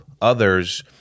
others